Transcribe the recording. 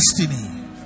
destiny